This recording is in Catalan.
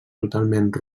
totalment